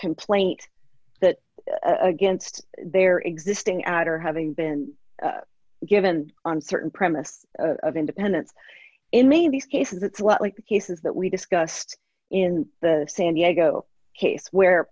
complaint that against their existing after having been given on certain premise of independence in maybe cases it's a lot like the cases that we discussed in the san diego case where